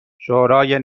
شورای